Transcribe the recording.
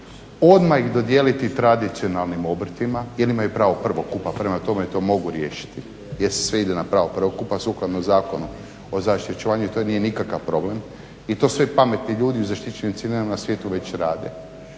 odmah ih dodijeliti tradicionalnim obrtima jer imaju pravo prvo kupa. Prema tome, to mogu riješiti jer sve ide na pravo prvo kupa sukladno Zakonu o zaštiti i očuvanju i to nije nikakav problem. I to sve pametni ljudi u zaštićenim cjelinama na svijetu već rade.